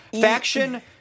Faction